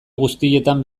guztietan